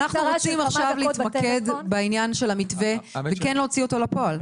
אבל אנחנו רוצים עכשיו להתמקד בעניין של המתווה וכן להוציא אותו לפועל.